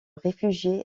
réfugiés